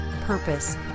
purpose